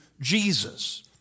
Jesus